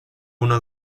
uno